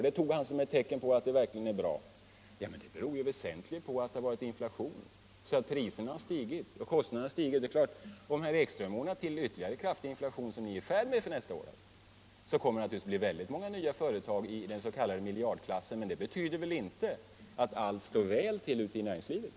Det tog han som ett tecken på att allt verkligen är bra. Men det beror ju väsentligen på att det har varit inflation så att priser och kostnader har stigit. Om herr Ekström ordnar till ytterligare kraftig inflation, som ni är i färd med att göra för nästa år, kommer det naturligtvis att bli väldigt många nya företag i den s.k. miljardklassen. Men det betyder ju inte att allt står väl till ute i näringslivet.